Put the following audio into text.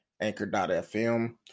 Anchor.fm